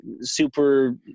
super